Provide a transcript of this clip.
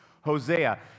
Hosea